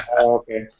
Okay